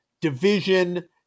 division